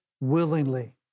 willingly